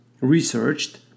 researched